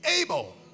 able